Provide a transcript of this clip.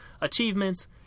achievements